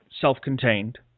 self-contained